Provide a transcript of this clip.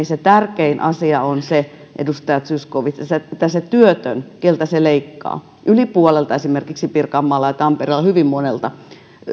se tärkein asia on edustaja zyskowicz että ne työttömät keiltä se leikkaa esimerkiksi pirkanmaalla ja tampereella hyvin monelta